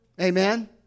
Amen